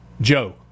Joe